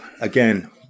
again